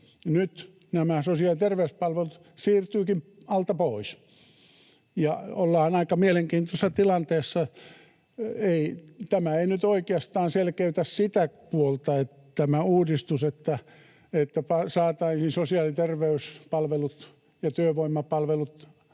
nyt nämä sosiaali- ja terveyspalvelut siirtyvätkin alta pois ja ollaan aika mielenkiintoisessa tilanteessa. Tämä uudistus ei nyt oikeastaan selkeytä sitä puolta, että saataisiin sosiaali- ja terveyspalvelut ja työvoimapalvelut